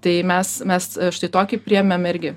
tai mes mes štai tokį priėmėm irgi